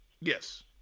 Yes